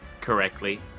correctly